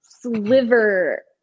sliver